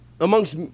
amongst